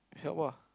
help ah